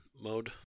Mode